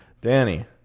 Danny